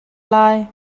lai